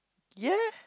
ya